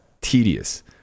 tedious